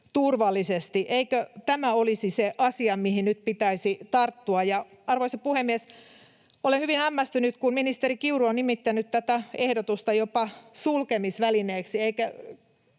terveysturvallisesti. Eikö tämä olisi se asia, mihin nyt pitäisi tarttua? Arvoisa puhemies! Olen hyvin hämmästynyt, kun ministeri Kiuru on nimittänyt tätä ehdotusta jopa sulkemisvälineeksi.